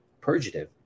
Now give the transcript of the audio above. purgative